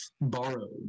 borrowed